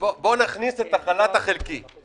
היה צריך להכניס את זה בחוק המענקים.